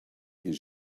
his